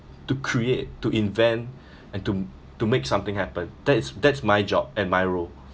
to create to invent and to to make something happen that is that's my job and my role